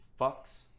fucks